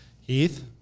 Heath